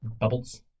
bubbles